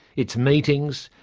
its meetings,